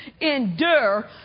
endure